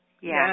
Yes